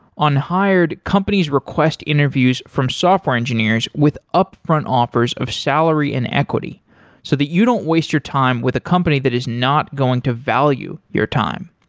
on hired, companies request interviews from software engineers with upfront offers of salary and equity so that you don't waste your time with a company that is not going to value your time.